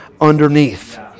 underneath